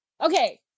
okay